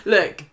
Look